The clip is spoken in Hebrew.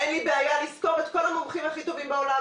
אין לי בעיה לשכור את כל המומחים הכי טובים בעולם,